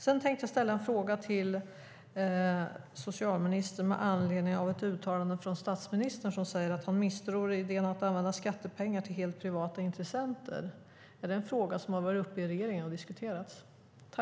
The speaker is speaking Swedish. Sedan tänkte jag ställa en fråga till socialministern med anledning av ett uttalande från statsministern. Han säger att han misstror idén att använda skattepengar till helt privata intressenter. Är det en fråga som har varit uppe i regeringen och diskuterats?